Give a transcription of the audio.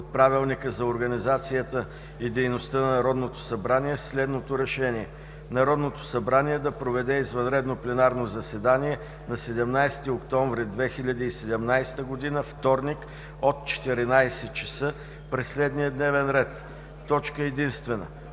от Правилника за организацията и дейността на Народното събрание следното решение: „Народното събрание да проведе извънредно пленарно заседание на 17 октомври 2017 г., вторник, от 14,00 ч. при следния дневен ред: Точка единствена: